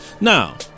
Now